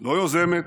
לא יוזמת,